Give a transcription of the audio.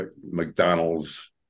mcdonald's